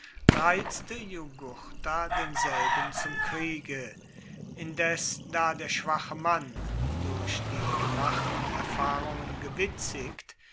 reizte jugurtha denselben zum kriege indes da der schwache mann durch die gemachten erfahrungen gewitzigt